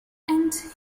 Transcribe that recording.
and